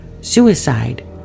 suicide